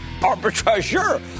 arbitrageur